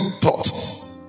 thought